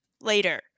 later